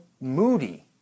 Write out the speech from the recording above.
Moody